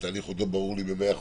--- התהליך עוד לא ברור לי במאה אחוז,